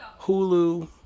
Hulu